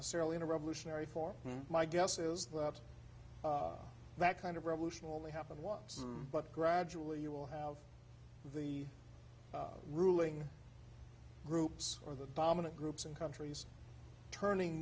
necessarily in a revolutionary for my guess is that that kind of revolution will only happen once but gradually you will have the ruling groups or the dominant groups in countries turning